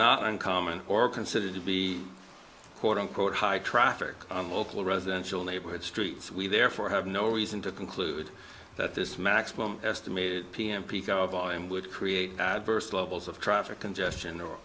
not uncommon or considered to be quote unquote high traffic on local residential neighborhood streets we therefore have no reason to conclude that this maximum estimate pm peak of volume would create adverse levels of traffic congestion or